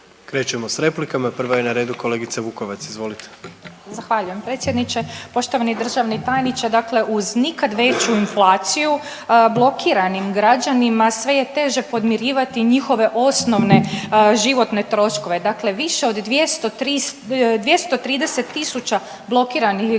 Krećemo sa replikama. Prva je na redu kolegica Vukovac, izvolite. **Vukovac, Ružica (Nezavisni)** Zahvaljujem predsjedniče. Poštovani državni tajniče, dakle uz nikad veću inflaciju blokiranim građanima sve je teže podmirivati njihove osnovne životne troškove. Dakle, više od 230 000 blokiranih građana